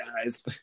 guys